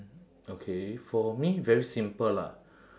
okay for me very simple lah